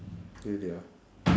really ah